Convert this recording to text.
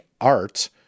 art